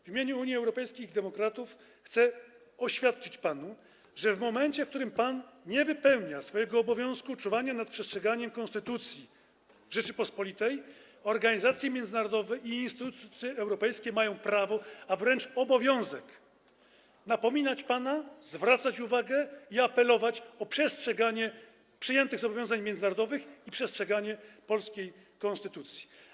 W imieniu Unii Europejskich Demokratów chcę oświadczyć panu, że w momencie, w którym pan nie wypełnia swojego obowiązku czuwania nad przestrzeganiem konstytucji Rzeczypospolitej, organizacje międzynarodowe i instytucje europejskie mają prawo, a wręcz obowiązek napominać pana, zwracać uwagę i apelować o przestrzeganie przyjętych zobowiązań międzynarodowych i przestrzeganie polskiej konstytucji.